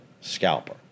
scalper